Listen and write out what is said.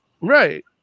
Right